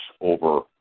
over